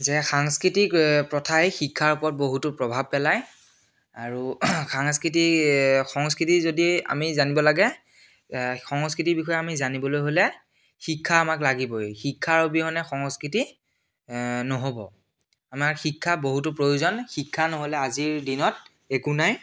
যে সাংস্কৃতিক প্ৰথাই শিক্ষাৰ ওপৰত বহুতো প্ৰভাৱ পেলায় আৰু সাংস্কৃতি সংস্কৃতি যদি আমি জানিব লাগে সংস্কৃতিৰ বিষয়ে আমি জানিবলৈ হ'লে শিক্ষা আমাক লাগিবই শিক্ষাৰ অবিহনে সংস্কৃতি নহ'ব আমাক শিক্ষা বহুতো প্ৰয়োজন শিক্ষা নহ'লে আজিৰ দিনত একো নাই